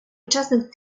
учасник